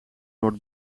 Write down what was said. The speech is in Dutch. noord